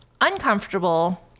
uncomfortable